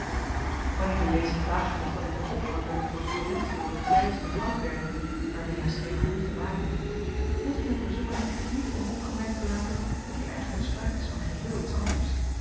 wanneer de lezer klagen mocht dat ik hem ophoud met een korrespondentie over de pryzen van houtwerken waarmee hy schynbaar niet te maken heeft moet ik hem verzoeken niet onopgemerkt te laten dat hier eigenlyk spraak is van geheel iets anders